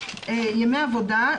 ימי עבודה,